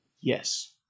Yes